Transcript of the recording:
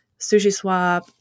SushiSwap